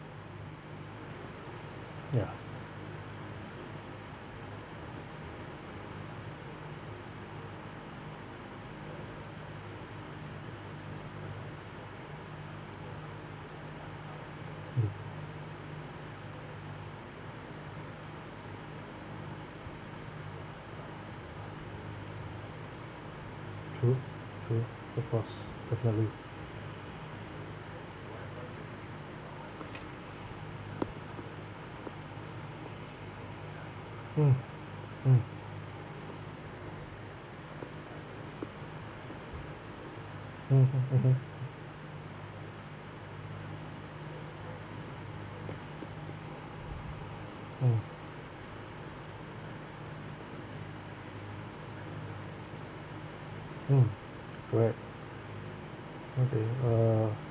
ya mm true true the first the value mm mm mmhmm mmhmm mm mm correct okay uh